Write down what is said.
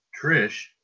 Trish